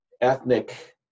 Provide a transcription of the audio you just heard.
ethnic